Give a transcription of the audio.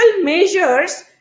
measures